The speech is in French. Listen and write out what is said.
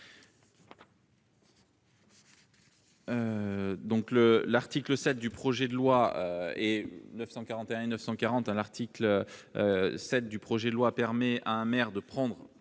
L'article 7 du projet de loi permet à un maire de prendre